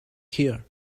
here